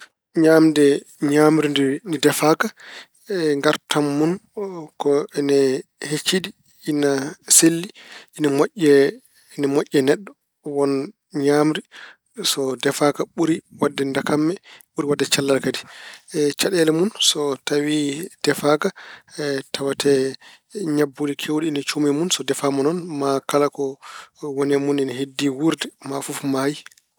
Ñaamde ñaamri ndi defaaka ngaartam mun ko ene hecciɗi, ena selli, ena moƴƴi e- ena moƴƴi e neɗɗo. Won ñaamri so defaaka ɓuri waɗde dakamme, ɓuri waɗde cellal kadi. Caɗeele mun so tawi defaaka tawatee ñabbuuli keewɗi ene coomii e mun. So defaama noon maa kala ko woni ena heddi wuurde maa fof maayi.